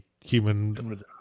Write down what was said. human